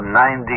90